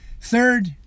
Third